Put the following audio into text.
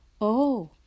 Oh